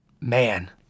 man